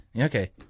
Okay